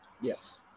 yes